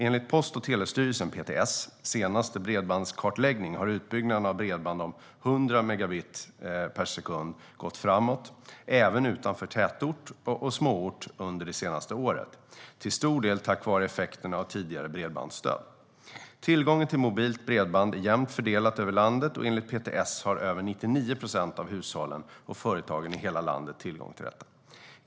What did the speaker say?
Enligt Post och telestyrelsens senaste bredbandskartläggning har utbyggnaden av bredband om 100 megabit per sekund gått framåt även utanför tätort och småort under det senaste året, till stor del tack vare effekterna av tidigare bredbandsstöd. Tillgången till mobilt bredband är jämnt fördelad över landet, och enligt PTS har över 99 procent av hushållen och företagen i hela landet tillgång till detta.